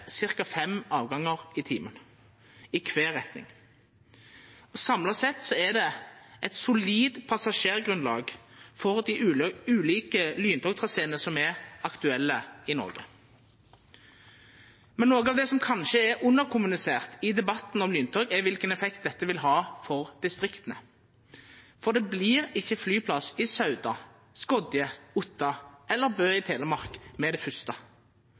fem avgangar i timen i kvar retning. Samla sett er det eit solid passasjergrunnlag for dei ulike lyntogtraséane som er aktuelle i Noreg. Noko av det som kanskje er underkommunisert i debatten om lyntog, er kva effekt dette vil ha for distrikta. Det vert ikkje flyplass i Sauda, Skodje, Otta eller Bø i Telemark med det